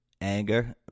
anger